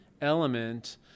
element